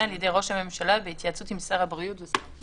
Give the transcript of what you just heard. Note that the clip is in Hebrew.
על ידי ראש הממשלה בהתייעצות עם שר הבריאות ושר הפנים.